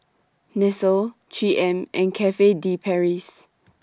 Nestle three M and Cafe De Paris